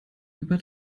über